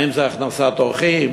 האם זה הכנסת אורחים?